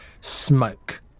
smoke